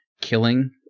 killing